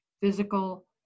physical